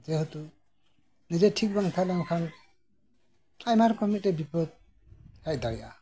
ᱡᱮᱦᱮᱛᱩ ᱱᱤᱡᱮ ᱴᱷᱤᱠ ᱵᱟᱝ ᱛᱟᱸᱦᱮᱞᱮᱱ ᱠᱷᱟᱱ ᱟᱭᱢᱟ ᱨᱚᱠᱚᱢ ᱢᱤᱫᱴᱮᱡ ᱵᱤᱯᱚᱫ ᱦᱮᱡ ᱫᱟᱲᱮᱭᱟᱜᱼᱟ